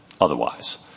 otherwise